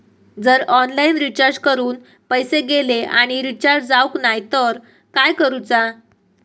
जर online recharge करून पैसे गेले आणि रिचार्ज जावक नाय तर काय करूचा?